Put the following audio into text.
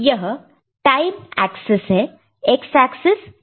यह time axis है x axis time है